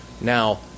Now